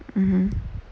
mmhmm